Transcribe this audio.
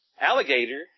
Alligator